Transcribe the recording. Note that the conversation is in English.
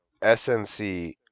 SNC